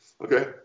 okay